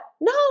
no